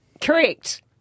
Correct